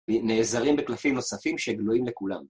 ונעזרים בקלפים נוספים שגלויים לכולם.